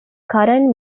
current